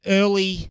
early